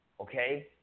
okay